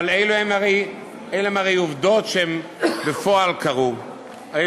אבל אלה הן הרי עובדות שקרו בפועל,